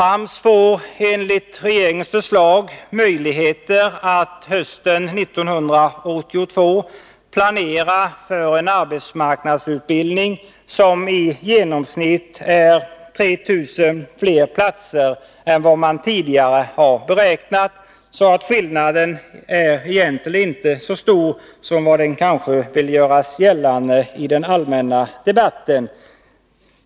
AMS får enligt regeringens förslag möjligheter att hösten 1982 planera för en arbetsmarknadsutbildning med i genomsnitt 3 000 fler platser än vad man tidigare har planerat. Skillnaden är alltså inte så stor som man vill göra gällande i den allmänna debatten.